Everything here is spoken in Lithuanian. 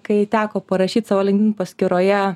kai teko parašyt savo linkin paskyroje